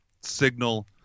signal